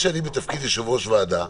בתפקיד יושב-ראש ועדה,